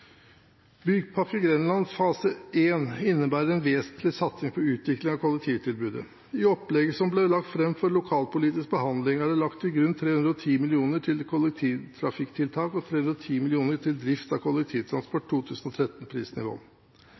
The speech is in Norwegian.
Bypakke Grenland fase 1 innebærer en vesentlig satsing på utvikling av kollektivtilbudet. I opplegget som ble lagt fram for lokalpolitisk behandling, er det lagt til grunn 310 mill. kr til kollektivtrafikktiltak og 310 mill. kr til drift av kollektivtransport